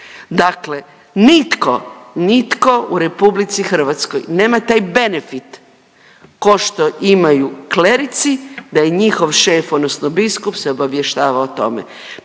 Dakle nitko, nitko u RH nema taj benefit kao što imaju klerici, da je njihov šef, odnosno biskup se obavještava o tome.